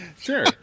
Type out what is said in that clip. Sure